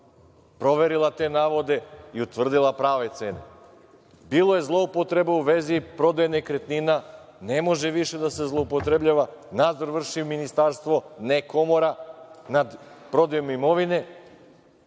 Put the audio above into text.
proverila te navode i utvrdila prave cene. Bilo je zloupotreba u vezi prodaje nekretnina, ne može više da se zloupotrebljava, nadzor vrši ministarstvo, ne komora nad prodajom imovine,